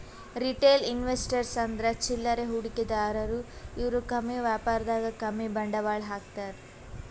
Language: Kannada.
ರಿಟೇಲ್ ಇನ್ವೆಸ್ಟರ್ಸ್ ಅಂದ್ರ ಚಿಲ್ಲರೆ ಹೂಡಿಕೆದಾರು ಇವ್ರು ಕಮ್ಮಿ ವ್ಯಾಪಾರದಾಗ್ ಕಮ್ಮಿ ಬಂಡವಾಳ್ ಹಾಕ್ತಾರ್